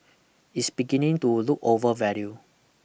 is beginning to look overvalue